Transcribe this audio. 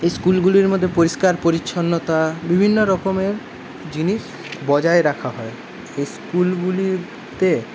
এই স্কুলগুলির মধ্যে পরিষ্কার পরিচ্ছন্নতা বিভিন্ন রকমের জিনিস বজায় রাখা হয় এই স্কুলগুলিতে